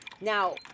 Now